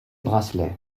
bracelets